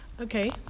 Okay